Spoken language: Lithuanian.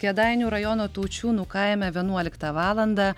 kėdainių rajono taučiūnų kaime vienuoliktą valandą